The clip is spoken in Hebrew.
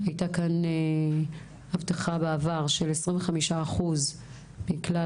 הייתה כאן הבטחה בעבר של 25% מכלל